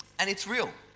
and it's real.